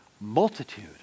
multitude